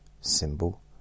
symbol